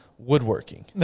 Woodworking